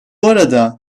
arada